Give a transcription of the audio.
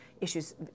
issues